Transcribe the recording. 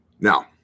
Now